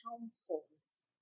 councils